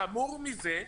חמור מזה,